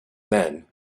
men